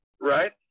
right